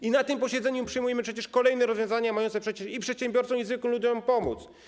I na tym posiedzeniu przyjmujemy przecież kolejne rozwiązania mające przecież i przedsiębiorcom, i zwykłym ludziom pomóc.